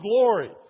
glory